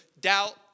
doubt